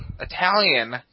Italian